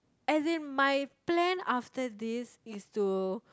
as in my plan after this is to